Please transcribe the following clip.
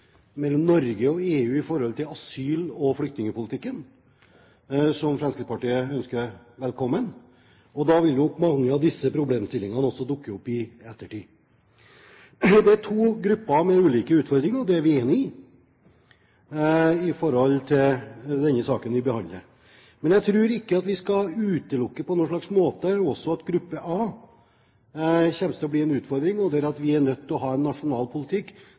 mellom Norge og EU i asyl- og flyktningpolitikken, som Fremskrittspartiet ønsker velkommen, og da vil nok mange av disse problemstillingene også dukke opp i ettertid. Det er to grupper med ulike utfordringer i denne saken – det er vi enig i. Men jeg tror ikke at vi på noen måte skal utelukke at også gruppe A kommer til å bli en utfordring, der vi er nødt til å ha en nasjonal politikk